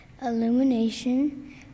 illumination